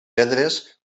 pedres